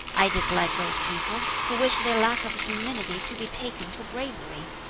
i dislike those people who wish their lack of humility to be taken for bravery.